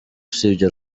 usibye